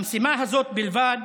למשימה הזו בלבד